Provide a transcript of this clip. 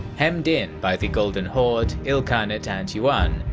hemmed in by the golden horde, ilkhanate and yuan,